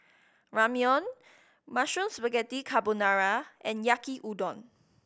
Ramyeon Mushroom Spaghetti Carbonara and Yaki Udon